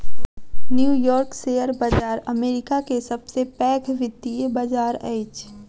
new York share बाजार America के सब से पैघ वित्तीय बाजार अछि